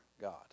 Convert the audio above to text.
God